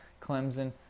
Clemson